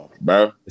bro